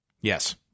Yes